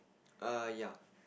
err ya